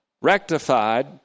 rectified